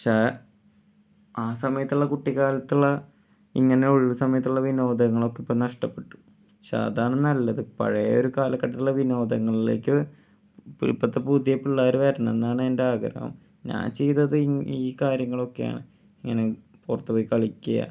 പക്ഷേ ആ സമയത്തുള്ള കുട്ടിക്കാലത്തുള്ള ഇങ്ങനെ ഒഴിവ് സമയത്തുള്ള വിനോദങ്ങൾ ഒക്കെ ഇപ്പം നഷ്ടപ്പെട്ടു പക്ഷേ അതാണ് നല്ലത് പഴയ ഒരു കാലഘട്ടത്തിലെ വിനോദങ്ങളിലേക്ക് ഇപ്പൊഴത്തെ പുതിയ പിള്ളേർ വരണമെന്നാണ് എൻ്റെ ആഗ്രഹം ഞാൻ ചെയ്തത് ഈ കാര്യങ്ങളൊക്കെയാണ് ഇങ്ങനെ പുറത്ത് പോയി കളിക്കുക